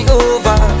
over